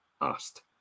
asked